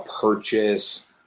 purchase